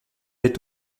est